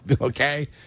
okay